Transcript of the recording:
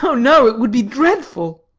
oh, no! it would be dreadful!